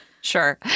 Sure